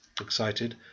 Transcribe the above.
excited